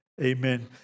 amen